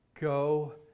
Go